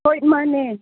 ꯍꯣꯏ ꯃꯥꯟꯅꯦ